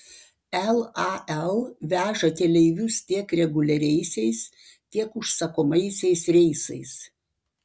lal veža keleivius tiek reguliariaisiais tiek užsakomaisiais reisais